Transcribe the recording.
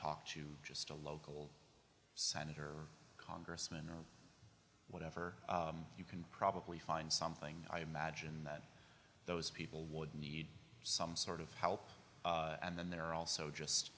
talk to just a local senator congressman or whatever you can probably find something i imagine that those people would need some sort of help and then there are also just